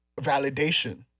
validation